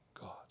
God